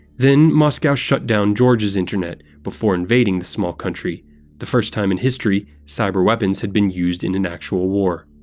then, moscow shut down georgia's internet before invading the small country the first time in history cyber-weapons had been used in an actual war.